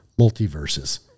multiverses